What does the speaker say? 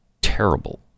terrible